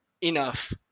enough